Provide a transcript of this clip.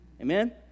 Amen